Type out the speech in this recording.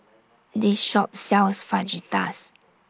This Shop sells Fajitas